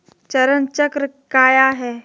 चरण चक्र काया है?